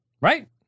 Right